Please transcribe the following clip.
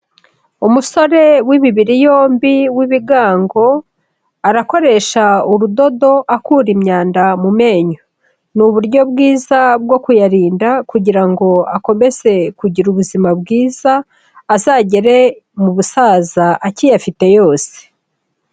Umusore w'imibiri yombi w'ibigango, arakoresha urudodo akura imyanda mu menyo, ni uburyo bwiza bwo kuyarinda kugira ngo akomeze kugira ubuzima bwiza, azagere mu busaza akiyafite yose.